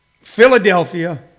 Philadelphia